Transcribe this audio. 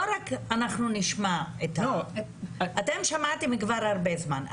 אתם שמעתם כבר הרבה זמן.